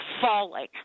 falling